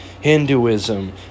Hinduism